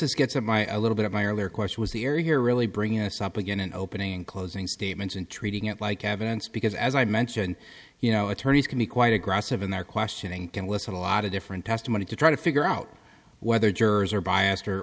is gets in my little bit of my earlier question was the area here really bringing us up again and opening and closing statements and treating it like evidence because as i mentioned you know attorneys can be quite aggressive in their questioning and listen a lot of different testimony to try to figure out whether jurors are biased or